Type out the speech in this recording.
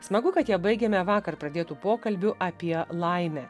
smagu kad ją baigiame vakar pradėtu pokalbiu apie laimę